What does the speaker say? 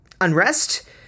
unrest